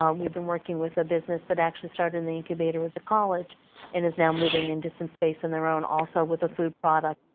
um we've been working with a business that actually started in the incubator with the college and is now moving into some space on their own also with a food product.